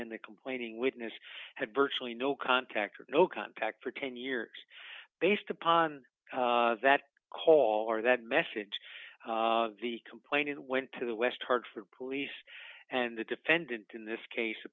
and the complaining witness had virtually no contact or no contact for ten years based upon that call or that message the complaining went to the west hartford police and the defendant in this case